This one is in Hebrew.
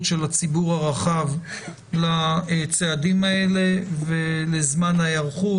של הציבור הרחב לצעדים האלה ולזמן ההיערכות.